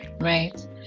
right